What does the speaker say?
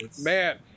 Man